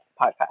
podcast